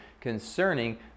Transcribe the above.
concerning